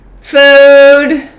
food